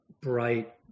bright